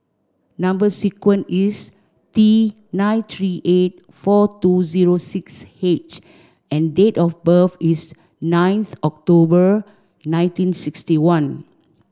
number sequence is T nine three eight four two zero six H and date of birth is ninth October nineteen sixty one